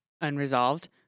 unresolved